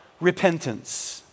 repentance